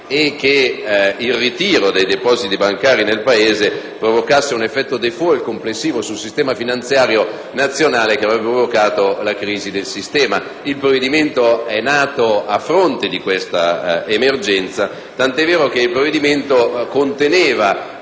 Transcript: e che il ritiro dei depositi bancari nel Paese provocasse un effetto *default* complessivo sul sistema finanziario nazionale che avrebbe provocato la crisi del sistema. Il provvedimento è nato a fronte di questa emergenza, tanto è vero che esso contiene